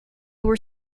were